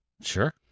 Sure